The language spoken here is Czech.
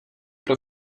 pro